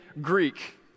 Greek